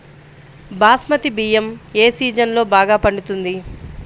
బాస్మతి బియ్యం ఏ సీజన్లో బాగా పండుతుంది?